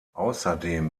außerdem